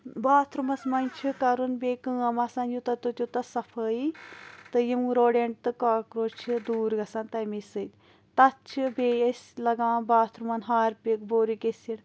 باتھ روٗمَس مَنٛز چھُ کَرن بییٚہِ کٲم آسان یوٗتاہ تہٕ تیٚوتاہ صفٲیی تہٕ یِم روڈنٹ تہٕ کاکروچ چھِ دوٗر گَژھان تمے سۭتۍ تَتھ چھِ بییٚہِ أسۍ لَگاوان باتھ روٗمَن ہارپِک بورِک ایٚسِڈ